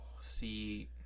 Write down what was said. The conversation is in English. see